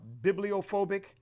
bibliophobic